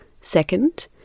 Second